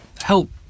help